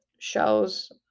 shows